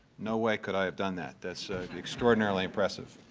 no way could i have done that. that's extraordinarily impressive.